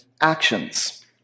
actions